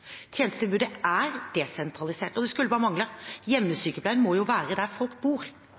Tjenestetilbudet er desentralisert, og det skulle bare mangle. Hjemmesykepleien må jo være der folk bor.